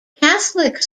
catholic